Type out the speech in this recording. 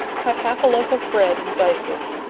cut half a loaf of bread in dices,